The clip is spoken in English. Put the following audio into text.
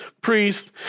priest